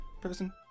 person